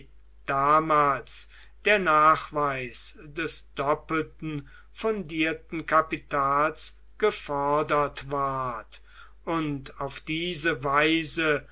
damals der nachweis des doppelten fundierten kapitals gefordert ward und auf diese weise